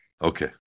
Okay